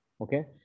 Okay